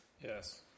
Yes